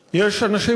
יש לנו ויכוח על הדרך.